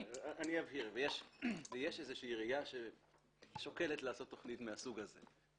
-- יש איזו שהיא ראייה ששוקלת לעשות תכנית מהסוג הזה.